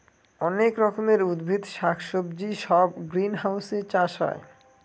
অনেক রকমের উদ্ভিদ শাক সবজি সব গ্রিনহাউসে চাষ হয়